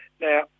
Now